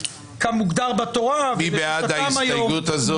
כמוגדר בתורה --- נצביע על הסתייגות 200 מי בעד?